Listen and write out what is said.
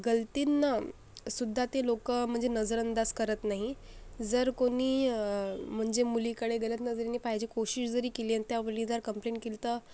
गलतींनासुद्धा ते लोकं म्हणजे नजर अंदाज करत नाही जर कोणी म्हणजे मुलीकडे गलत नजरेने पाहायची कोशिश तरी केली आणि त्या मुली जर कंप्लेंट केली तर